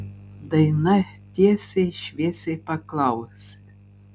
daina tiesiai šviesiai paklausė